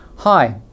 Hi